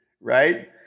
right